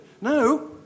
No